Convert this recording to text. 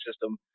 system